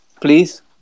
please